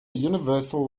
universal